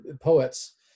poets